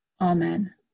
Amen